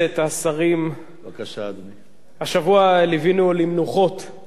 השבוע ליווינו למנוחות את דוח טליה ששון,